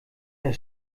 der